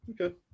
Okay